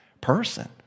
person